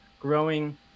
growing